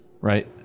right